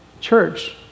church